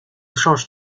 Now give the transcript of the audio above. échanges